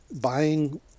buying